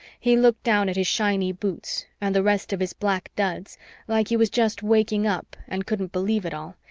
he looked down at his shiny boots and the rest of his black duds like he was just waking up and couldn't believe it all,